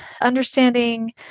understanding